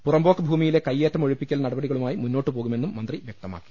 പുറമ്പോക്ക് ഭൂമി യിലെ കൈയേറ്റം ഒഴിപ്പിക്കൽ നടപടികളുമായി മുന്നോട്ടുപോ കുമെന്നും മന്ത്രി വ്യക്തമാക്കി